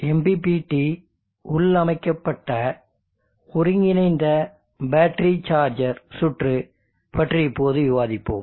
MPPT உள்ளமைக்கப்பட்ட ஒருங்கிணைந்த battery charger சுற்று பற்றி இப்போது விவாதிப்போம்